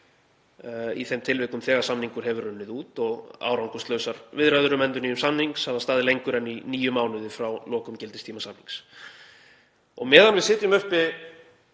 í þeim tilvikum þegar samningur hefur runnið út og árangurslausar viðræður um endurnýjun samnings hafa staðið lengur en í níu mánuði frá lokum gildistíma samnings. Meðan við sitjum uppi